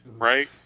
right